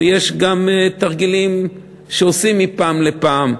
ויש גם תרגילים שעושים מפעם לפעם,